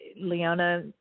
Leona